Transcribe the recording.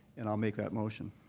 and i'll make that motion.